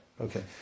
Okay